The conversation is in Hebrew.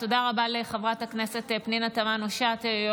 תודה רבה לחברת הכנסת פנינה תמנו שטה,